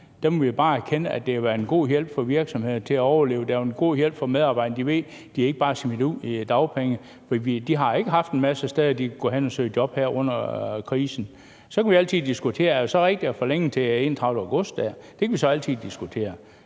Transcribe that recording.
her, må vi jo bare erkende, at det har været en god hjælp for virksomhederne til at overleve, og at det har været en god hjælp for medarbejderne. De ved, at de ikke bare er smidt ud i dagpenge. For de har ikke haft en masse steder, de kunne gå hen og søge job her under krisen. Så kan vi altid diskutere: Er det så rigtigt at forlænge det til den 31. august? Det kan vi så altid diskutere.